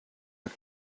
are